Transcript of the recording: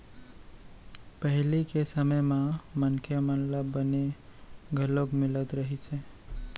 पहिली के समे म मनखे मन ल बनी घलोक मिलत रहिस हे